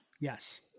Yes